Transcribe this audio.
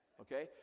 okay